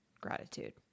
gratitude